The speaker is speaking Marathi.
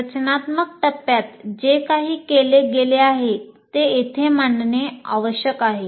रचनात्मक टप्प्यात जे काही केले गेले आहे ते येथे मांडणे आवश्यक आहे